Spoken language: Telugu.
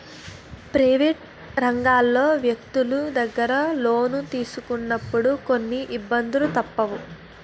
ప్రైవేట్ రంగంలో వ్యక్తులు దగ్గర లోను తీసుకున్నప్పుడు కొన్ని ఇబ్బందులు తప్పవు